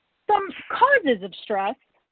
some causes of stress.